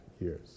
years